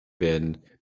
werden